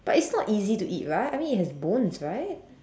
but it's not easy to eat right I mean it has bones right